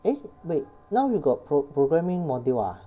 eh wait now we got pro~ programming module ah